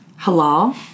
halal